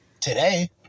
Today